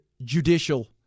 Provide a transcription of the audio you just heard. judicial